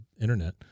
internet